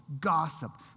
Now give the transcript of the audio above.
gossip